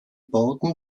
bauten